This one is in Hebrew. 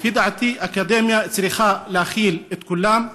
לפי דעתי, אקדמיה צריכה להכיל את כולם.